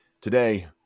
today